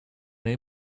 been